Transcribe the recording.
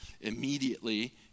Immediately